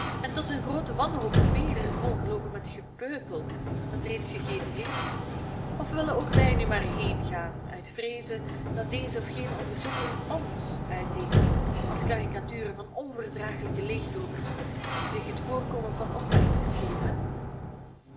en tot hun groote wanhoop weder volgeloopen met gepeupel dat reeds gegeten heeft of willen ook wij nu maar heengaan uit vreeze dat deze of gene onderzoeker ns uitteekent als caricaturen van onverdragelijke leegloopers die zich het voorkomen van opmerkers geven